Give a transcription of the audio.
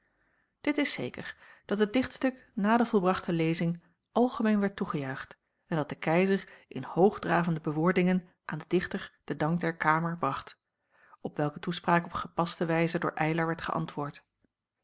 dit is zeker dat het dichtstuk na de volbrachte lezing algemeen werd toegejuicht en dat de keizer in hoogdravende bewoordingen aan den dichter den dank der kamer bracht op welke toespraak op gepaste wijze door eylar werd geäntwoord